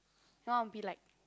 no I want be like